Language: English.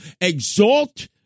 exalt